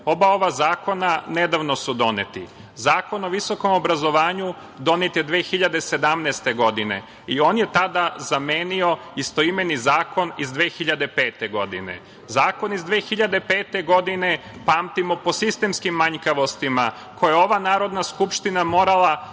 Oba ova zakona nedavno su doneti. Zakon o visokom obrazovanju donet je 2017. godine i on je tada zamenio istoimeni zakon iz 2005. godine. Zakon iz 2005. godine pamtimo po sistemskim manjkavostima koje je ova Narodna skupština morala skoro